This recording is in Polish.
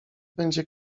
będzie